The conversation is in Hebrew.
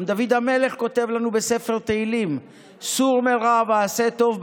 גם דוד המלך כותב לנו בספר תהילים: "סור מרע ועשה טוב,